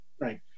right